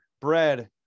bread